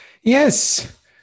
yes